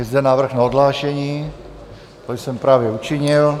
Je zde návrh na odhlášení, to jsem právě učinil.